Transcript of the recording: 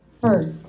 first